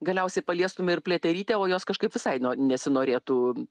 galiausiai paliestume ir pliaterytę o jos kažkaip visai no nesinorėtų